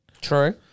True